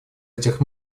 этих